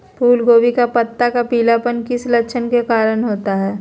फूलगोभी का पत्ता का पीलापन किस लक्षण के कारण होता है?